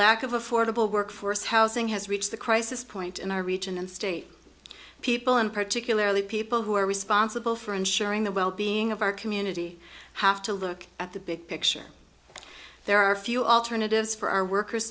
lack of affordable workforce housing has reached the crisis point in our region and state people and particularly people who are responsible for ensuring the well being of our community have to look at the big picture there are few alternatives for our workers